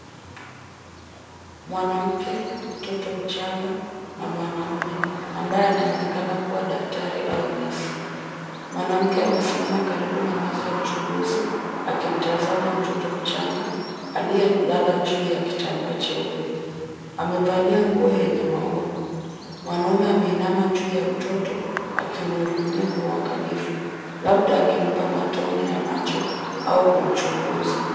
Mwanamke mtoto mchangana mwanamume ambaye anaonekana kuwa daktari au nesi. Mwanamke amesimama karibu na meza ya uchunguzi akimtazama mtoto mchanga aliyelala juu ya kitambaaa cheupe. Amevalia nguo yenye maua, mwanaume ameinama juu ya mtoto akimhudumia kwa uangalifu, labda akimpa matone ya maji au kumchunguza.